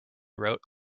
wrote